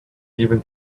even